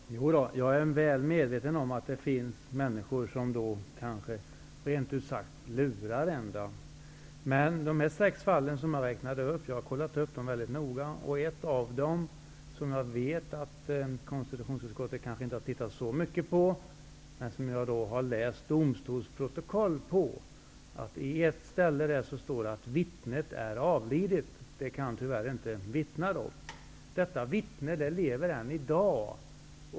Herr talman! Jo då, jag är väl medveten om att det finns människor som rent ut sagt lurar en. Men de sex fall som jag räknat upp har jag kollat väldigt noga. I ett fall, som jag vet att konstitutionsutskottet inte har tittat så mycket på, har jag läst domstolsprotokoll och funnit att det står på ett ställe att vittnet är avlidet och tyvärr inte kan vittna. Detta vittne lever än i dag.